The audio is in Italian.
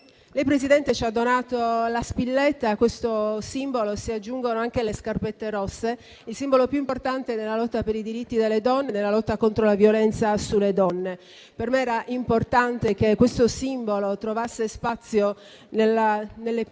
Presidente, ci ha donato la spilletta e a questo simbolo si aggiungono anche le scarpette rosse, il simbolo più importante della lotta per i diritti delle donne e contro la violenza sulle donne. Per me era importante che questo simbolo trovasse spazio in quella che